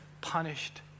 punished